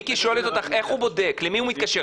מיקי שואלת אותך איך הוא בודק, למי הוא מתקשר?